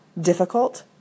difficult